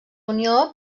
unió